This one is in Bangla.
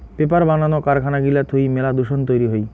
পেপার বানানো কারখানা গিলা থুই মেলা দূষণ তৈরী হই